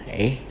eh